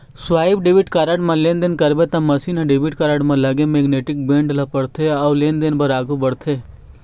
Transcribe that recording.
swipe debit card म लेनदेन करबे त मसीन ह डेबिट कारड म लगे मेगनेटिक बेंड ल पड़थे अउ लेनदेन बर आघू बढ़थे